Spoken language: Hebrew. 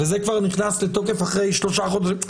וזה כבר נכנס לתוקף אחרי שלושה חודשים.